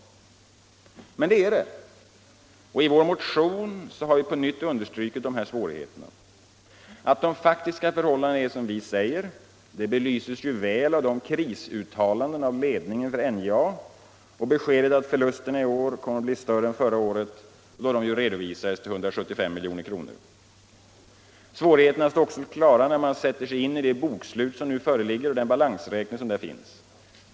Men det är det. I vår motion har vi på nytt understrukit dessa svårigheter. Att de faktiska förhållandena är som vi säger belyses ju väl av de krisuttalanden som ledningen för NJA gjort och beskedet att förlusterna i år kommer att bli större än förra året, då de ju redovisades till 175 milj.kr. Svårigheterna står också klara när man sätter sig in i det bokslut som nu föreligger och den balansräkning som där finns.